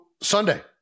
Sunday